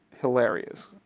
hilarious